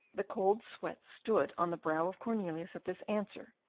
the cold sweat stood on the brow of cornelius at this answer,